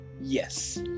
yes